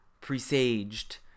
presaged